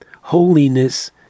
holiness